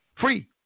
free